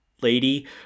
lady